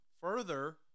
further